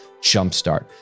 jumpstart